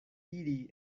iri